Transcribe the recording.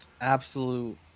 absolute